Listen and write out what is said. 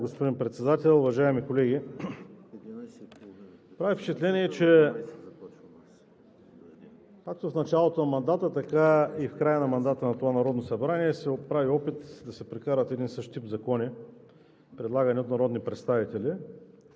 господин Председател, уважаеми колеги! Прави впечатление, че както от началото, така и в края на мандата на това Народно събрание се правят опити да се прокарат едни и същи закони, предлагани от народни представители.